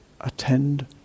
attend